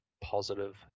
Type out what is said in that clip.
positive